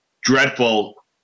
dreadful